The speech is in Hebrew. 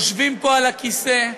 יושבים פה על הכיסא,